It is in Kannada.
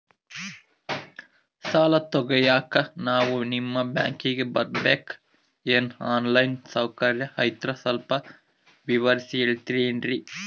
ಸಾಲ ತೆಗಿಯೋಕಾ ನಾವು ನಿಮ್ಮ ಬ್ಯಾಂಕಿಗೆ ಬರಬೇಕ್ರ ಏನು ಆನ್ ಲೈನ್ ಸೌಕರ್ಯ ಐತ್ರ ಸ್ವಲ್ಪ ವಿವರಿಸಿ ಹೇಳ್ತಿರೆನ್ರಿ?